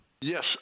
yes